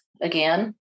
again